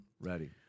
Ready